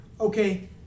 okay